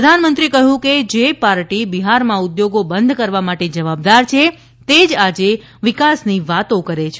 પ્રધાનમંત્રીએ કહ્યું કે જે પાર્ટી બિહારમાં ઉદ્યોગો બંધ કરવા માટે જવાબદાર છે તે જ આજે વિકાસની વાતો કરે છે